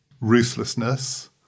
ruthlessness